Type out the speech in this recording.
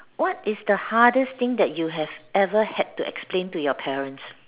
what is the hardest thing that you have ever had to explain to your parents